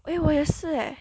eh 我也是 eh